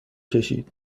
کشید